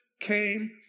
came